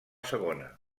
segona